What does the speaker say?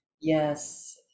Yes